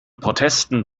protesten